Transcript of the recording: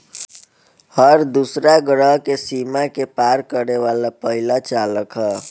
हर दूसरा ग्रह के सीमा के पार करे वाला पहिला चालक ह